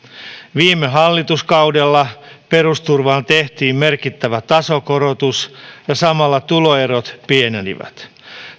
viime hallituskaudella perusturvaan tehtiin merkittävä tasokorotus ja samalla tuloerot pienenivät